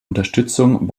unterstützung